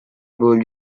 ball